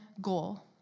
goal